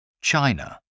china